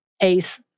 ace